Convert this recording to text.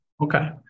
okay